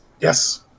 Yes